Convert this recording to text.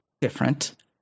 different